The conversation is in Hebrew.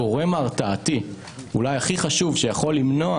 הגורם ההרתעתי אולי הכי חשוב שיכול למנוע